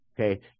okay